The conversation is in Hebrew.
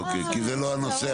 אוקיי, זה לא הנושא עכשיו.